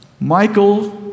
Michael